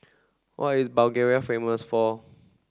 what is Bulgaria famous for